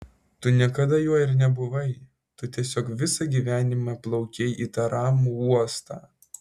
tu niekada juo ir nebuvai tu tiesiog visą gyvenimą plaukei į tą ramų uostą